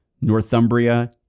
Northumbria